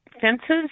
fences